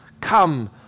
come